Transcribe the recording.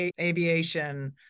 aviation